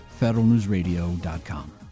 federalnewsradio.com